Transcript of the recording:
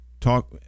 Talk